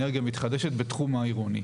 אנרגיה מתחדשת בתחום העירוני.